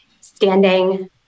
standing